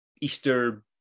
Easter